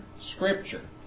Scripture